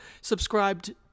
subscribed